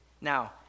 Now